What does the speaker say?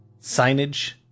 signage